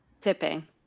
Tipping